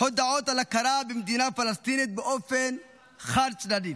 הודעות על הכרה במדינה פלסטינית באופן חד-צדדי.